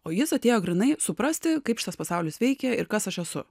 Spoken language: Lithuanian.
o jis atėjo grynai suprasti kaip šitas pasaulis veikia ir kas aš esu